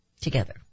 together